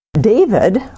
David